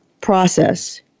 process